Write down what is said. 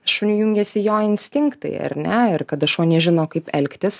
šuniui jungiasi jo instinktai ar ne ir kada šuo nežino kaip elgtis